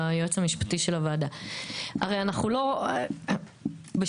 להחיל את החוק על שקיות למשל בחנות נעליים.